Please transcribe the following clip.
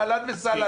אהלן וסהלן,